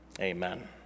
Amen